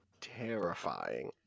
terrifying